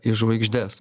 į žvaigždes